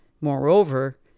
Moreover